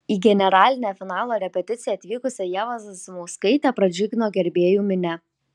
į generalinę finalo repeticiją atvykusią ievą zasimauskaitę pradžiugino gerbėjų minia